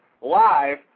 live